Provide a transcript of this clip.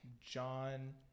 John